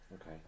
Okay